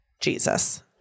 Jesus